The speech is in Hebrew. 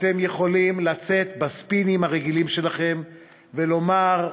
אתם יכולים לצאת בספינים הרגילים שלכם ולומר,